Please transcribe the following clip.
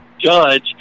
judge